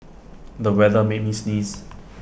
the weather made me sneeze